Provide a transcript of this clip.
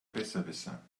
besserwisser